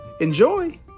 Enjoy